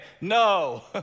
No